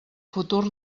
futur